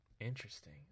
interesting